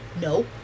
No